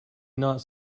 not